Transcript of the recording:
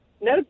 No